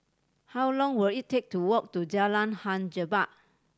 how long will it take to walk to Jalan Hang Jebat